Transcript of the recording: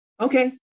Okay